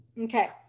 Okay